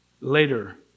later